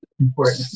important